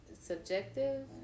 subjective